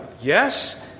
Yes